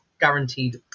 guaranteed